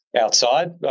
outside